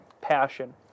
passion